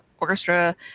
orchestra